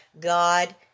God